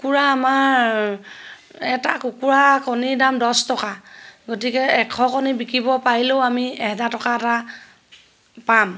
কুকুৰা আমাৰ এটা কুকুৰা কণীৰ দাম দহ টকা গতিকে এশ কণী বিকিব পাৰিলেও আমি এহেজাৰ টকা এটা পাম